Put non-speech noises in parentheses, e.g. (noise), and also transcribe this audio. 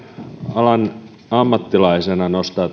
alan ammattilaisena nostaa (unintelligible)